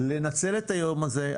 לנצל את היום הזה.